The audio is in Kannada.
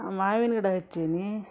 ಮಾವಿನ ಗಿಡ ಹಚ್ಚೀನಿ